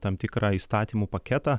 tam tikrą įstatymų paketą